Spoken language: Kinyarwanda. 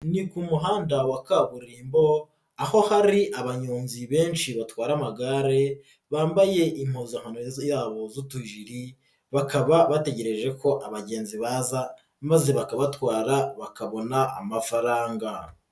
Ni ku muhanda wa kaburimbo, aho hari abanyonzi benshi batwara amagare, bambaye impuzankano yabo z'utujiri, bakaba bategereje ko abagenzi baza maze bakabatwara, bakabona amafaranga.